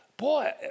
Boy